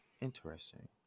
Interesting